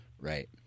Right